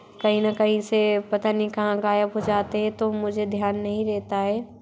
कहीं न कहीं से पता नहीं कहाँ गायब हो जाते हैं तो मुझे ध्यान नहीं रहता है